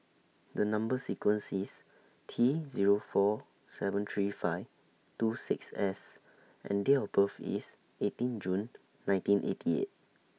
The Number sequence IS T Zero four seven three five two six S and Date of birth IS eighteen June nineteen eighty eight